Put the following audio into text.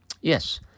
Yes